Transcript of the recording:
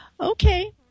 Okay